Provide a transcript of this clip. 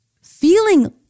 feeling